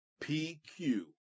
pq